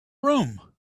room